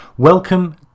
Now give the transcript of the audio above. Welcome